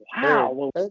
Wow